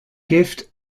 gift